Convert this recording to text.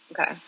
Okay